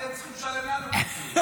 אתם צריכים לשלם לנו פיצויים.